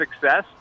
success